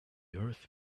earth